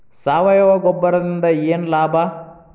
ಸಾವಯವ ಗೊಬ್ಬರದಿಂದ ಏನ್ ಲಾಭ?